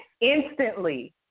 instantly